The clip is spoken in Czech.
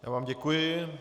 Já vám děkuji.